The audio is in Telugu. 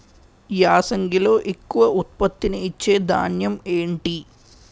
యాసంగిలో ఎక్కువ ఉత్పత్తిని ఇచే ధాన్యం ఏంటి?